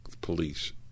police